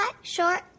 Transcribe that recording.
short